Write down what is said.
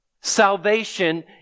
salvation